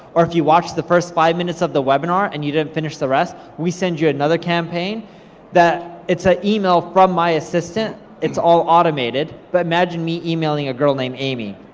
or if you watch the first five minutes of the webinar and you didn't finish the rest, we send you another campaign that it's an email from my assistant. it's all automated, but imagine me emailing a girl named amy,